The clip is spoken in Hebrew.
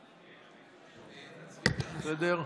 בסדר?